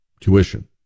tuition